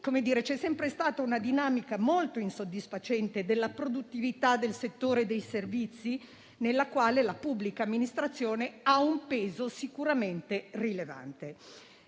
C'è sempre stata una dinamica molto insoddisfacente della produttività del settore dei servizi, nella quale la pubblica amministrazione ha un peso sicuramente rilevante.